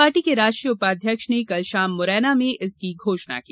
party के राष्ट्रीय उपाध्यक्ष ने कल शाम मुरैना में इसकी घोषणा की